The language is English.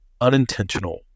unintentional